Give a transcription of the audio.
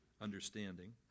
understanding